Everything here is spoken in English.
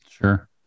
Sure